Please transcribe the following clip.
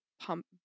pump